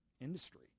industry